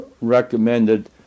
recommended